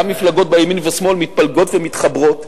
גם מפלגות בימין ובשמאל מתפלגות ומתחברות.